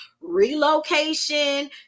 relocation